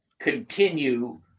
continue